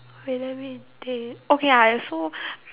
wait let me think okay ah so